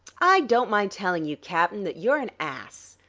i don't mind telling you, cap'n, that you're an ass.